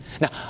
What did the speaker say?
now